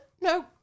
No